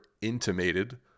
intimated